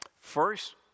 First